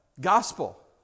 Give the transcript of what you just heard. gospel